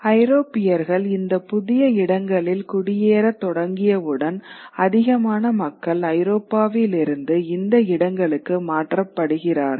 ஐரோப்பியர்கள் இந்த புதிய இடங்களில் குடியேற தொடங்கியவுடன் அதிகமான மக்கள் ஐரோப்பாவிலிருந்து இந்த இடங்களுக்கு மாற்றப்படுகிறார்கள்